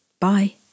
Bye